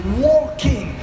walking